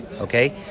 Okay